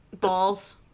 Balls